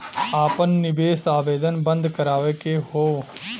आपन निवेश आवेदन बन्द करावे के हौ?